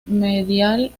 medial